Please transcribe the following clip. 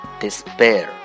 despair